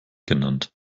genannt